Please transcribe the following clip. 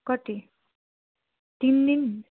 कति तिन दिन